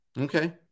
Okay